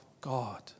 God